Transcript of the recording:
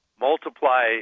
multiply